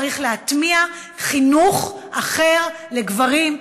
צריך להטמיע חינוך אחר לגברים,